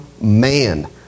man